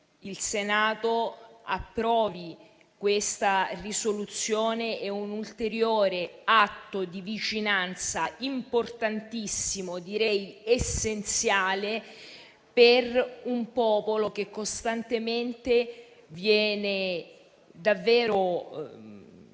il Senato approvi la risoluzione in esame è un ulteriore atto di vicinanza importantissimo, direi essenziale, per un popolo che costantemente viene